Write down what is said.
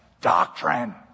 Doctrine